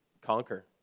conquer